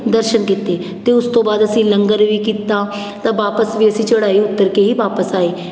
ਦਰਸ਼ਨ ਕੀਤੇ ਅਤੇ ਉਸ ਤੋਂ ਬਾਅਦ ਅਸੀਂ ਲੰਗਰ ਵੀ ਕੀਤਾ ਤਾਂ ਵਾਪਸ ਵੀ ਅਸੀਂ ਚੜ੍ਹਾਈ ਉਤਰ ਕੇ ਹੀ ਵਾਪਸ ਆਏ